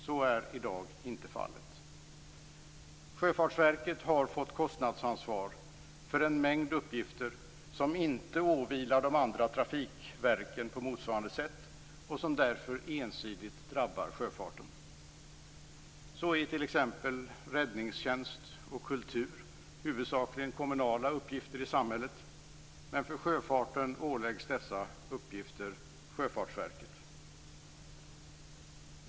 Så är i dag inte fallet. Sjöfartsverket har fått kostnadsansvar för en mängd uppgifter som inte åvilar de andra trafikverken på motsvarande sätt och som därför ensidigt drabbar sjöfarten. Så är t.ex. räddningstjänst och kultur huvudsakligen kommunala uppgifter i samhället, men för sjöfarten åläggs dessa uppgifter Sjöfartsverket.